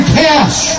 cash